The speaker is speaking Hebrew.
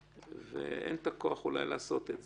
ואולי אין כוח לעשות את זה.